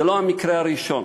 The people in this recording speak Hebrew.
זה לא המקרה הראשון